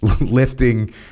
lifting